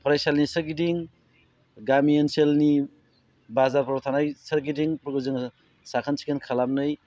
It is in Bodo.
फरायसालिनि सोरगिदिं गामि ओनसोलनि बाजारफोराव थानाय सोरगिदिंफोरखौ जोङो साखोन सिखोन खालामनाय